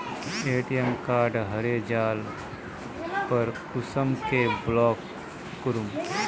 ATM card हरे जाले पर कुंसम के ब्लॉक करूम?